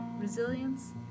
Resilience